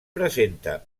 presenta